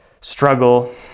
struggle